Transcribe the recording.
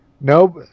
nope